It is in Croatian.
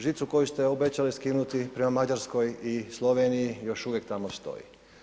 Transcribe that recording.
Žicu koju ste obećali skinuti prema Mađarskoj i Sloveniji, još uvijek tamo stoji.